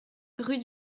rue